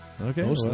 Okay